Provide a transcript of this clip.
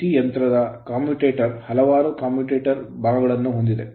C ಯಂತ್ರದ commutator commutator ಹಲವಾರು commutator commutator ವಿಭಾಗಗಳನ್ನು ಹೊಂದಿದೆ